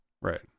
Right